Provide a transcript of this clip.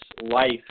life